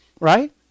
right